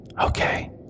Okay